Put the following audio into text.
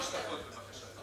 שלוש דקות, בבקשה.